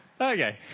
Okay